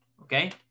Okay